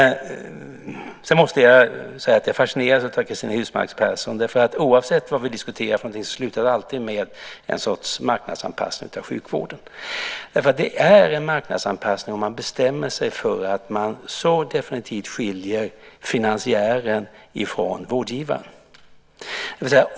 Jag måste säga att jag fascineras av Cristina Husmark Pehrsson. Oavsett vad vi diskuterar slutar det alltid med en sorts marknadsanpassning av sjukvården. Det är en marknadsanpassning om man bestämmer sig för att man så definitivt skiljer finansiären från vårdgivaren.